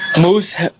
Moose